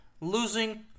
losing